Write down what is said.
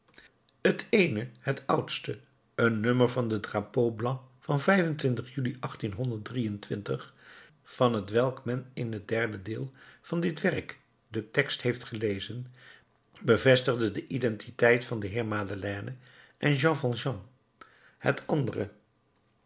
het eene het oudste een nummer van le drapeau blanc van juli van t welk men in het derde deel van dit werk den tekst heeft gezien bevestigde de identiteit van den heer madeleine en jean valjean het andere